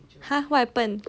!huh! what happen